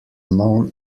known